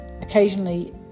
Occasionally